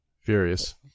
furious